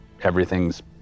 everything's